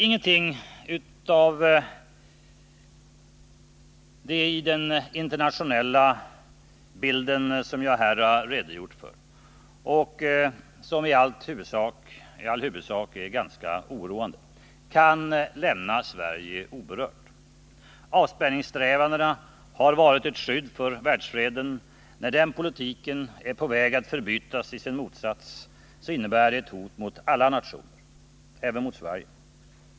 Ingenting i den internationella bild som jag här har redogjort för och som i huvudsak är ganska oroande kan lämna Sverige oberört. Avspänningssträvandena har varit ett skydd för världsfreden. När den politiken är på väg att förbytas i sin motsats innebär det ett hot mot alla nationer, även mot Sverige.